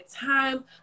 time